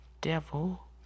devil